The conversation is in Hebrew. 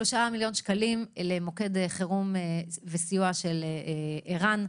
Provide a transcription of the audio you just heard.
נתנו כאן 3 מיליון שקלים למוקד החירום והסיוע של ער"ן.